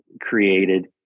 created